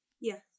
Yes